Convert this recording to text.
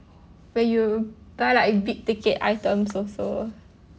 when you buy like big ticket items also